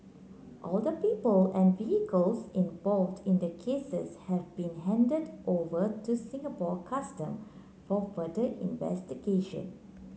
all the people and vehicles involved in the cases have been handed over to Singapore Custom for further investigation